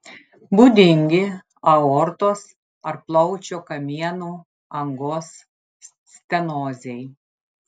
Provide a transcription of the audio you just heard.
būdingi aortos ar plaučių kamieno angos stenozei